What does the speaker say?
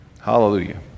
Hallelujah